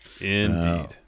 Indeed